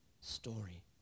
story